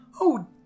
Oh